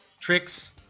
tricks